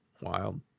Wild